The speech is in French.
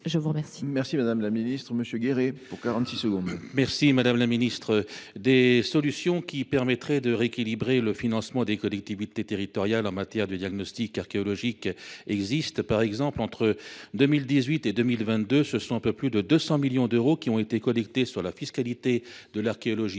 le sénateur. La parole est à M. Daniel Gueret, pour la réplique. Des solutions qui permettraient de rééquilibrer le financement des collectivités territoriales en matière de diagnostic archéologique existent. Par exemple, entre 2018 et 2022, ce sont un peu plus de 200 millions d’euros qui ont été collectés sur la fiscalité de l’archéologie